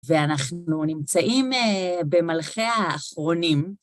ואנחנו נמצאים במלכי האחרונים.